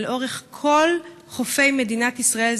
זה לאורך כל חופי מדינת ישראל,